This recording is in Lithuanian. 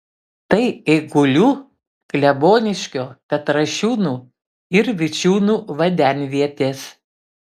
tai eigulių kleboniškio petrašiūnų ir vičiūnų vandenvietės